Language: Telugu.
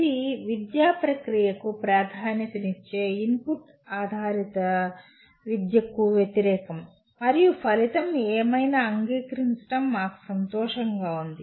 ఇది విద్యా ప్రక్రియకు ప్రాధాన్యతనిచ్చే ఇన్పుట్ ఆధారిత విద్యకు వ్యతిరేకం మరియు ఫలితం ఏమైనా అంగీకరించడం మాకు సంతోషంగా ఉంది